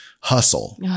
hustle